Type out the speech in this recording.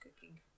cooking